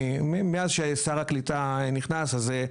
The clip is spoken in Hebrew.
מאז ששר הקליטה נכנס אז,